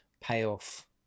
payoff